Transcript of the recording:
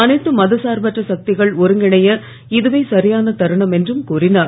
அனைத்து மதசார்பற்ற சக்திகள் ஒருங்கிணைய இதுவே சரியான தருணம் என்றும் கூறிஞர்